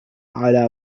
على